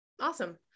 Awesome